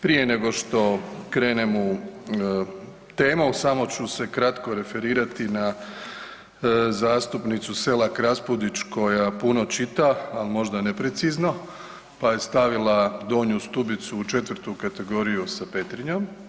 Prije nego što krenem u temu, samo ću se kratko referirati na zastupnicu Selak Raspudić koja puno čita, ali možda neprecizno pa je stavila Donju Stubicu u 4. kategoriju sa Petrinjom.